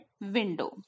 window